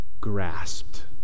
grasped